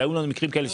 והיו לנו מקרים כאלה,